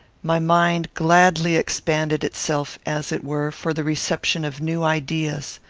my mind gladly expanded itself, as it were, for the reception of new ideas.